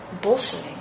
bullshitting